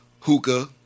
hookah